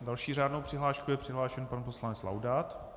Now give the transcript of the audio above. S další řádnou přihláškou je přihlášen pan poslanec Laudát.